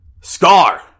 Scar